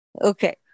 okay